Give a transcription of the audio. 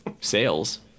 sales